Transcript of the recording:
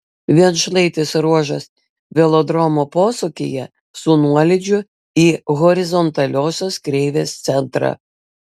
vienšlaitis ruožas velodromo posūkyje su nuolydžiu į horizontaliosios kreivės centrą